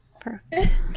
perfect